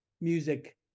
music